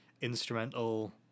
instrumental